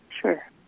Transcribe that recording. Sure